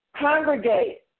congregate